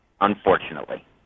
unfortunately